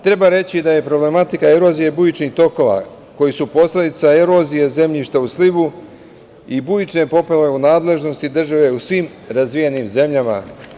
Treba reći da je problematika erozije bujičnih tokova koji su posledica erozije zemljišta u slivu i bujične poplave u nadležnosti države u svim razvijenim zemljama.